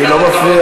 אני לא מפריע.